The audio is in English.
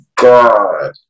God